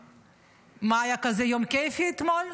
היה כזה יום כיפי אתמול?